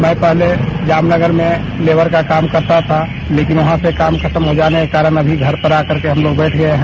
मैं पहले जामनगर में लेबर का काम करता था लेकिन वहां पर काम खत्म हो जाने के कारण अभी घर पर आकर के हम लोग बैठ गये हैं